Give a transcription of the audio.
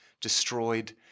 destroyed